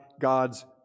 God's